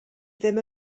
ddim